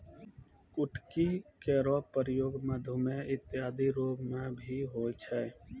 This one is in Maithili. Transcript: कुटकी केरो प्रयोग मधुमेह इत्यादि रोग म भी होय छै